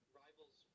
rivals